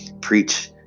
preach